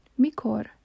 Mikor